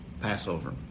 Passover